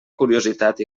curiositat